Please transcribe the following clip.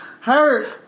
Hurt